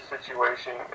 situation